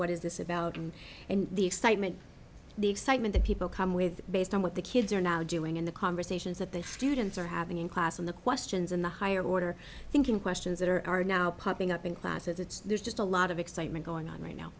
what is this about and the excitement the excitement that people come with based on what the kids are now doing in the conversations that the students are having in class and the questions in the higher order thinking questions that are are now popping up in classes it's there's just a lot of excitement going on right now